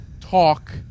talk